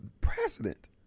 precedent